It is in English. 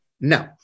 No